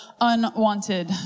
unwanted